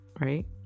right